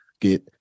get